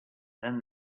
then